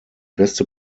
beste